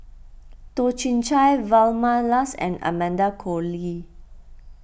Toh Chin Chye Vilma Laus and Amanda Koe Lee